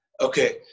okay